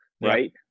right